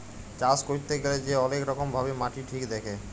চাষ ক্যইরতে গ্যালে যে অলেক রকম ভাবে মাটি ঠিক দ্যাখে